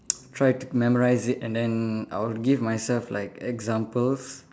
try to memorise it and then I would give myself like examples